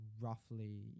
roughly